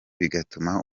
bigatuma